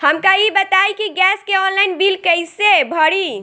हमका ई बताई कि गैस के ऑनलाइन बिल कइसे भरी?